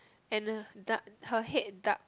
and a her head dark